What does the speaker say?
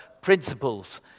principles